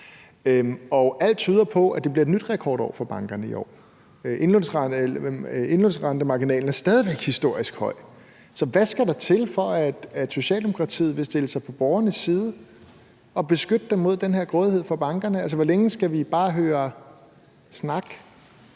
Alt tyder på, at det bliver et nyt rekordår for bankerne i år. Indlånsrentemarginalen er stadig væk historisk høj. Så hvad skal der til, for at Socialdemokratiet vil stille sig på borgernes side og beskytte dem mod den her grådighed fra bankerne? Altså, hvor længe skal vi bare høre snak?